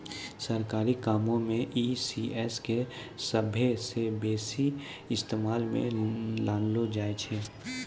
सरकारी कामो मे ई.सी.एस के सभ्भे से बेसी इस्तेमालो मे लानलो जाय छै